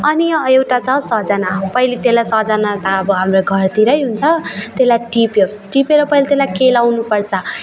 अनि एउटा छ सजाना पहिले त्यसलाई सजाना त अब हाम्रो घरतिरै हुन्छ त्यसलाई टिप्यो टिपेर पहिले त्यसळलाई केलाउनुपर्छ